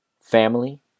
family